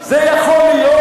זה יכול להיות?